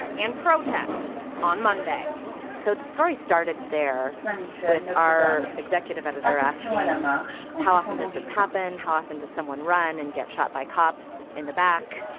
and protests on monday so the story started there with our executive editor asking how often does this happen? how often does someone run and get shot by cops in the back